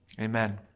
Amen